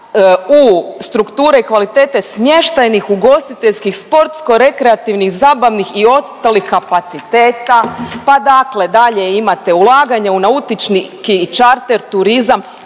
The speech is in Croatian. u strukture i kvalitete smještajnih, ugostiteljskih, sportsko-rekreativnih, zabavnih i ostalih kapaciteta, pa dakle dalje imate ulaganje u nautički i čarter turizam